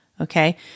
Okay